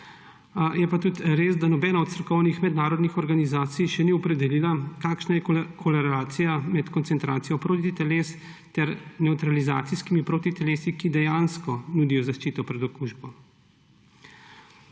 Je pa tudi res, da nobena od strokovnih mednarodnih organizacij še ni opredelila, kakšna je korelacija med koncentracijo protiteles ter nevtralizacijskimi protitelesi, ki dejansko nudijo zaščito pred okužbo.